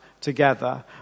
together